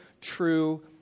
true